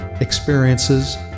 experiences